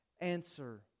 answer